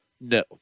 No